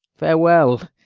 farewell!